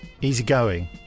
easygoing